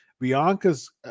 Bianca's